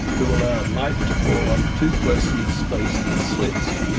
who allowed light to fall on two closely spaced slits.